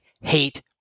hate